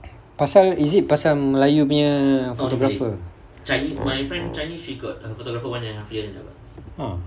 pasal is it pasal melayu punya photographer oh oh ah